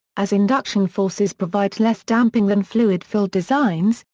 as induction forces provide less damping than fluid-filled designs,